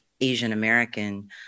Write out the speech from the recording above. Asian-American